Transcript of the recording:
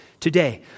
Today